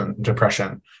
depression